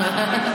דלג עליי הפעם.